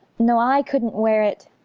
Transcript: no! i couldn't wear it!